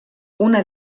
una